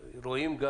רואים.